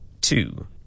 two